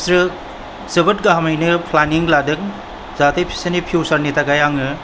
बिसोरो जोबोद गाहामैनो प्लेनिं लादों जाहाथे बिसोरनि फ्यूचारनि थाखाय आङो